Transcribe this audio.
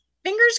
Fingers